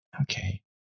okay